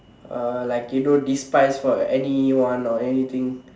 uh like you know despise anyone or anything